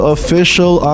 Official